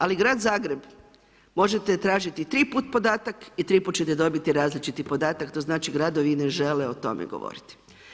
Ali grad Zagreb, možete tražiti tri puta podatak i tri puta ćete dobiti različiti podatak, to znači gradovi ne žele o tome govoriti.